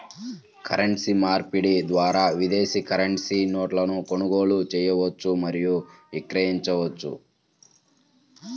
currency మార్పిడి ద్వారా విదేశీ కరెన్సీ నోట్లను కొనుగోలు చేయవచ్చు మరియు విక్రయించవచ్చు